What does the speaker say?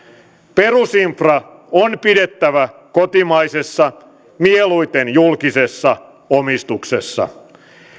perusinfra on pidettävä kotimaisessa mieluiten julkisessa omistuksessa